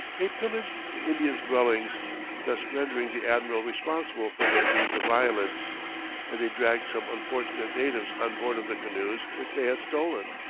they pillaged the indians' dwellings thus rendering the admiral responsible for their deeds of violence and they dragged some unfortunate natives on board of the canoes which they had stolen.